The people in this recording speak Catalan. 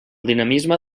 dinamisme